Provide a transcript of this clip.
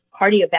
cardiovascular